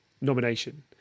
nomination